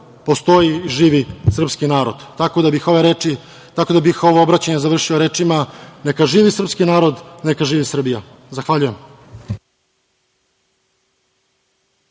postoji živi srpski narod. Tako da bih ovo obraćanje završio rečima, neka živi srpski narod, neka živi Srbija. Zahvaljujem.